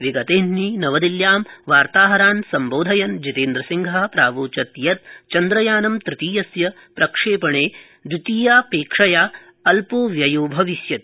विगते अहनि नवदिल्ल्यां वार्ताहरान् सम्बोधयन् जितेन्द्रसिंह प्रावोचत् यत् चन्द्रयानं तृतीयस्य प्रक्षेपणे चन्द्रयानं द्वितीयापेक्षया अल्पो व्ययो भविष्यति